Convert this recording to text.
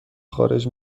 خارج